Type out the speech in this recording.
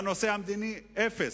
בנושא המדיני, אפס.